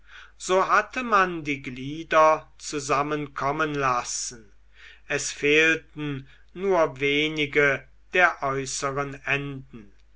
so hatte man die glieder zusammenkommen lassen es fehlten nur wenige der äußeren enden